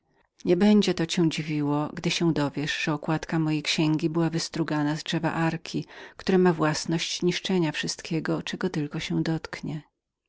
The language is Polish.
nie będzie to cię dziwiło gdy się dowiesz że okładka mojej księgi była wystruganą z drzewa arki które miało własność niszczenia wszystkiego czego tylko się